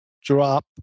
drop